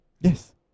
Yes